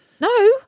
No